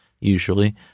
usually